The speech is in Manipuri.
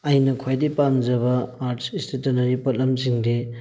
ꯑꯩꯅ ꯈ꯭ꯋꯥꯏꯗꯒꯤ ꯄꯥꯝꯖꯕ ꯑꯥꯔꯠꯁ ꯏꯁꯇꯦꯇꯅꯔꯤ ꯄꯣꯠꯂꯝꯁꯤꯡꯗꯤ